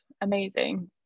amazing